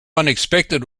unexpected